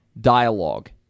dialogue